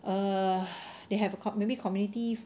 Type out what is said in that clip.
err they have a com~ maybe community